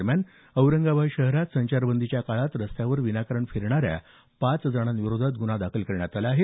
दरम्यान औरंगाबाद शहरात संचारबंदीच्या काळात रस्त्यावर विनाकारण फिरणाऱ्या पाच जणांविरोधात गुन्हा दाखल करण्यात आला आहे